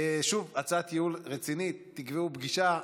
שוב, הצעת ייעול רצינית: תקבעו פגישה.